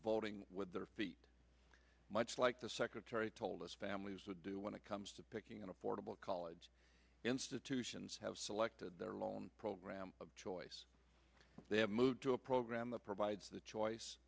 voting with their feet much like the secretary told us families would do when it comes to picking an affordable college institutions have selected their loan program of choice they have moved to a program that provides the choice